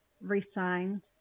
resigned